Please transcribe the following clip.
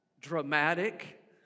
dramatic